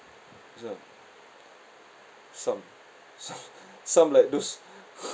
some some some like those